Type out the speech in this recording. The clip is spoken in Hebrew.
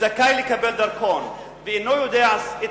זכאי לקבל דרכון ואינו יודע את